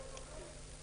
בבקשה.